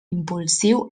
impulsiu